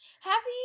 happy